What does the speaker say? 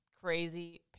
Crazy